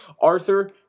Arthur